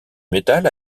métal